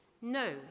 No